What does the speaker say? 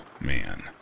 man